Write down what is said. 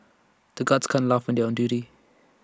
the guards can't laugh when they are on duty